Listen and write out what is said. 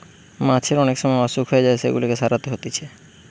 মাছের অনেক সময় অসুখ হয়ে যায় সেগুলাকে সারাতে হতিছে